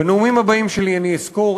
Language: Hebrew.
בנאומים הבאים שלי אני אסקור,